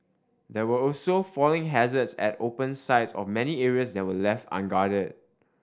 there were also falling hazards at open sides of many areas that were left unguarded